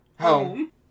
Home